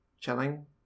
chilling